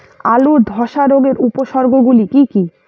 আলুর ধ্বসা রোগের উপসর্গগুলি কি কি?